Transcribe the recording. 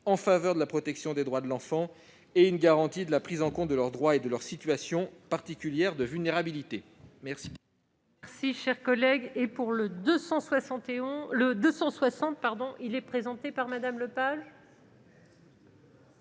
en faveur de la protection des droits de l'enfant et d'une garantie de la prise en compte de leurs droits et de leur situation particulière de vulnérabilité. La